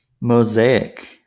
Mosaic